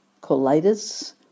colitis